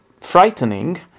frightening